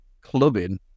Clubbing